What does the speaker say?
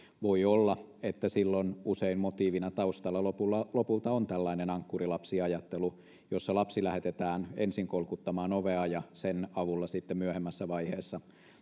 voi olla että silloin usein motiivina taustalla lopulta lopulta on tällainen ankkurilapsiajattelu jossa lapsi lähetetään ensin kolkuttamaan ovea ja sen avulla sitten myöhemmässä vaiheessa